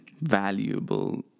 valuable